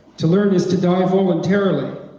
to learn is to die voluntarily